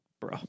bro